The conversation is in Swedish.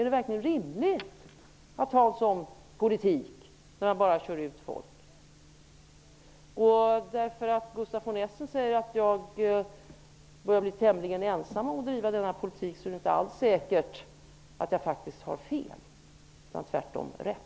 Är det verkligen rimligt att ha en politik som går ut på att folk körs ut? Gustaf von Essen säger att jag är tämligen ensam om att driva denna politik. Men därför är det inte alldeles säkert att jag faktiskt har fel utan tvärtom rätt.